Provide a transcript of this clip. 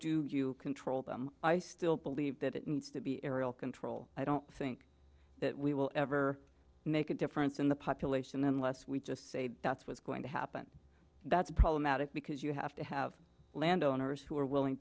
do you control them i still believe that it needs to be aerial control i don't think that we will ever make a difference in the population unless we just say that's was going to happen that's problematic because you have to have landowners who are willing